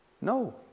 No